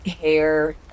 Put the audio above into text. hair